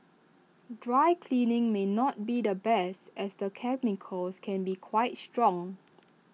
dry cleaning may not be the best as the chemicals can be quite strong